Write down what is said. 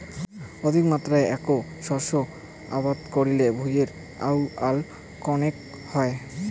অধিকমাত্রাত এ্যাক শস্য আবাদ করিলে ভূঁইয়ের আউয়াল কণেক হয়